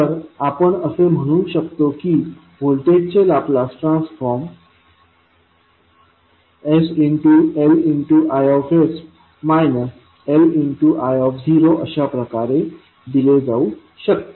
तर आपण असे म्हणू शकतो की व्होल्टेजचे लाप्लास ट्रान्सफॉर्म sLIs Li0 अशाप्रकारे दिले जाऊ शकते